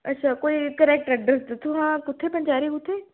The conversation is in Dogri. अच्छा कोई करैक्ट एड्रैस दस्सी ओड़ो आं कुत्थै पंचैरी कुत्थै